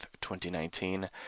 2019